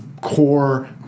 core